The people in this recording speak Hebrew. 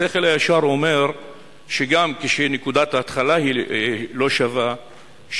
השכל הישר אומר שגם כשנקודת ההתחלה לא שווה,